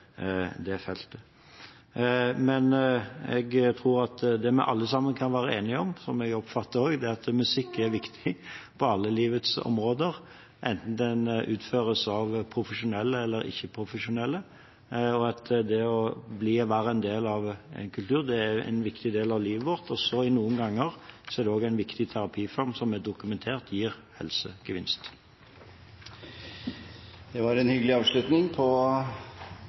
vi alle sammen kan være enige om, slik jeg oppfatter det, er at musikk er viktig på alle livets områder enten den utføres av profesjonelle eller ikke-profesjonelle, og at det å være en del av en kultur er en viktig del av livet vårt. Noen ganger er det også en viktig terapiform, som er dokumentert gir helsegevinst. Det var en hyggelig avslutning